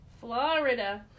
Florida